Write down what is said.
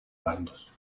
bandos